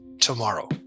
tomorrow